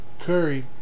Curry